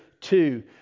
two